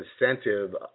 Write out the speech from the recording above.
incentive